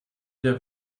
der